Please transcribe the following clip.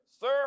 Sir